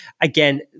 again